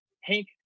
Hank